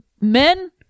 men